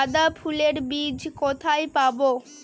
গাঁদা ফুলের বীজ কোথায় পাবো?